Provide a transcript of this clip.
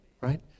right